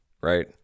right